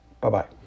Bye-bye